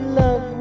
love